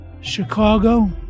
Chicago